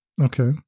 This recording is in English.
Okay